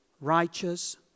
righteous